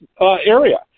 area